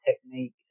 technique